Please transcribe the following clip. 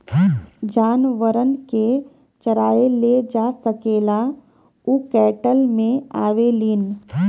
जानवरन के चराए ले जा सकेला उ कैटल मे आवेलीन